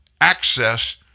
access